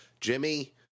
Jimmy